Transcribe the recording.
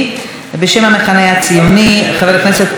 בשם המחנה הציוני, חבר הכנסת עמר בר-לב.